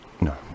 no